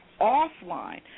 offline